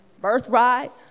birthright